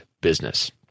Business